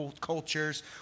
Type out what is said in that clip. cultures